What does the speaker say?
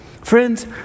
Friends